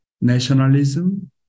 nationalism